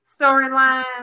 storyline